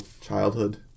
childhood